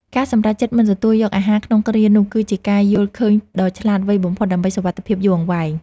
ការសម្រេចចិត្តមិនទទួលយកអាហារក្នុងគ្រានោះគឺជាការយល់ឃើញដ៏ឆ្លាតវៃបំផុតដើម្បីសុវត្ថិភាពយូរអង្វែង។